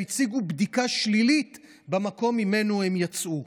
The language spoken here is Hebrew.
הציגו בדיקה שלילית במקום שממנו הם יצאו.